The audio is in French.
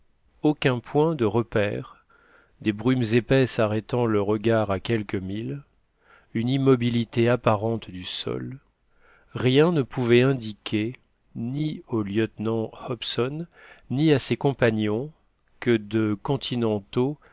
aucun point de repère des brumes épaisses arrêtant le regard à quelques milles une immobilité apparente du sol rien ne pouvait indiquer ni au lieutenant hobson ni à ses compagnons que de continentaux